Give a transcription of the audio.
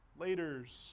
Laters